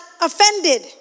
offended